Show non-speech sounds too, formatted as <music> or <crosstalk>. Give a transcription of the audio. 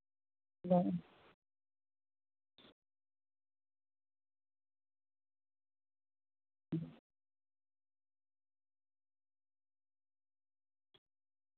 <unintelligible>